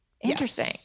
interesting